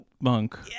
Monk